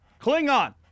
Klingon